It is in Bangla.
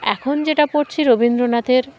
এখন যেটা পড়ছি রবীন্দ্রনাথের